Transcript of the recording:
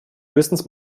höchstens